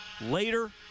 later